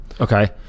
Okay